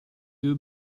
would